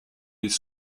les